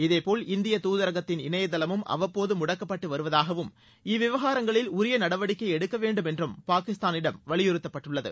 இதேபோல் இந்திய தூதரகத்தின் இணையதளமும் அவ்வப்போது முடக்கப்பட்டு வருவதாகவும் இவ்விவகாரங்களில் உரிய நடவடிக்கை எடுக்க வேண்டும் என்றும் பாகிஸ்தானிடம் வலியுறுத்தப்பட்டுள்ளது